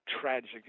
tragic